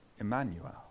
Emmanuel